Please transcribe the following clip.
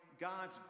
God's